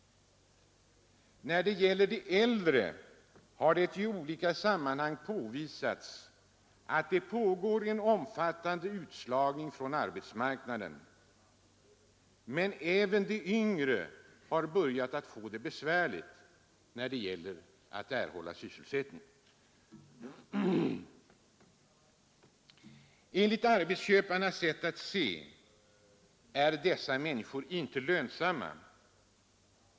När det gäller de äldre har det i olika sammanhang påvisats att det pågår en omfattande utslagning från arbetsmarknaden. Men även de yngre har börjat få det besvärligt då det gäller att erhålla sysselsättning. Enligt arbetsköparnas sätt att se är dessa människor inte lönsamma.